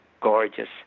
gorgeous